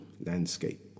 landscape